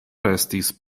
restis